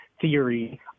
theory